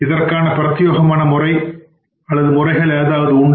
இதற்காக பிரத்தியேகமான முறையில் ஏதாவது உண்டா